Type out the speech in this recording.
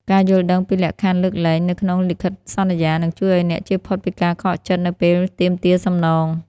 ការយល់ដឹងពី លក្ខខណ្ឌលើកលែង នៅក្នុងលិខិតសន្យា នឹងជួយឱ្យអ្នកជៀសផុតពីការខកចិត្តនៅពេលទាមទារសំណង។